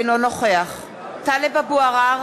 אינו נוכח טלב אבו עראר,